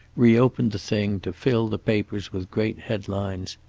re-opened the thing, to fill the papers with great headlines,